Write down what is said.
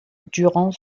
durant